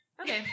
Okay